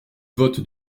vote